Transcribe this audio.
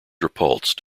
repulsed